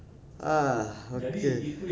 ah okay